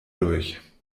durch